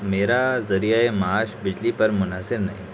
میرا ذریعۂ معاش بجلی پر منحصر نہیں